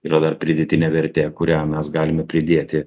yra dar pridėtinė vertė kurią mes galime pridėti